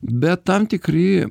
bet tam tikri